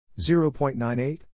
0.98